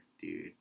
dude